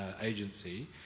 agency